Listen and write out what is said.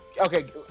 Okay